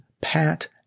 Pat